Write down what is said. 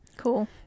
Cool